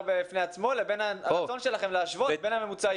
בפני עצמו לבין הרצון שלכם להשוות בין הממוצעים,